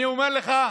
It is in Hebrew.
אני אומר לך: